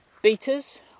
beaters